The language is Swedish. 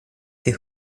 till